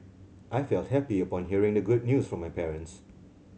I felt happy upon hearing the good news from my parents